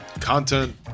content